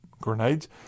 grenades